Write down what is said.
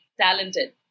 talented